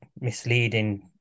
misleading